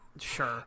Sure